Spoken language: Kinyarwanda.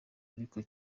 ariko